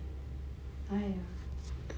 !aiya!